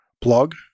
blog